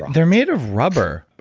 um they're made of rubber. but